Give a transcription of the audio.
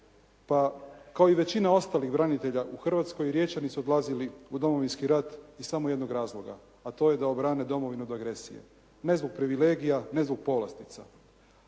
Pa kao i većina ostalih branitelja u Hrvatskoj Riječani su odlazili u Domovinski rat iz samo jednog razloga, a to je da obrane domovinu od agresije. Ne zbog privilegija, ne zbog povlastica,